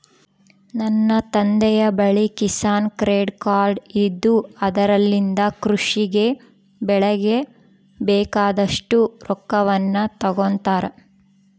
ನನ್ನ ತಂದೆಯ ಬಳಿ ಕಿಸಾನ್ ಕ್ರೆಡ್ ಕಾರ್ಡ್ ಇದ್ದು ಅದರಲಿಂದ ಕೃಷಿ ಗೆ ಬೆಳೆಗೆ ಬೇಕಾದಷ್ಟು ರೊಕ್ಕವನ್ನು ತಗೊಂತಾರ